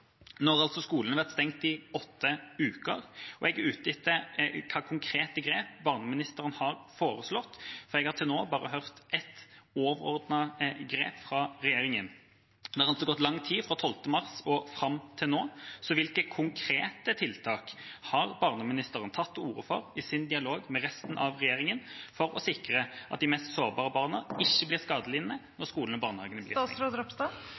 Nå har altså skolene vært stengt i åtte uker, og jeg er ute etter hvilke konkrete grep barneministeren har foreslått. Jeg har til nå bare hørt ett overordnet grep fra regjeringa. Det har gått lang tid fra 12. mars og fram til nå, så hvilke konkrete tiltak har barneministeren tatt til orde for i sin dialog med resten av regjeringa for å sikre at de mest sårbare barna ikke blir skadelidende – når skolene og barnehagene